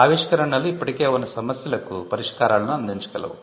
ఆవిష్కరణలు ఇప్పటికే ఉన్న సమస్యలకు పరిష్కారాలను అందించగలవు